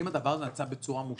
האם הדבר נעשה בצורה מושלמת?